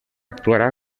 actuarà